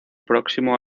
próximo